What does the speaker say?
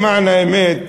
למען האמת,